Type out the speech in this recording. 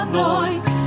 noise